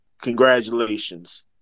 Congratulations